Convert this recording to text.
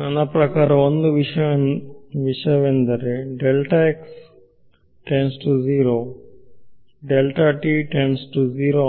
ನನ್ನ ಪ್ರಕಾರ ಒಂದು ವಿಷಯವೆಂದರೆ